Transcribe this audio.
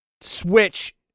Switch